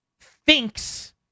thinks